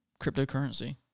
cryptocurrency